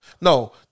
No